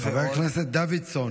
חבר הכנסת דוידסון,